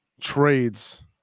trades